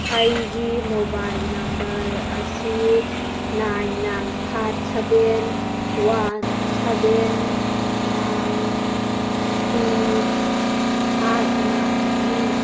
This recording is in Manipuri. ꯑꯩꯒꯤ ꯃꯣꯕꯥꯏꯜ ꯅꯝꯕꯔ ꯑꯁꯤ nine nine five seven one seven nine two five ꯅꯥꯏꯟꯅꯤ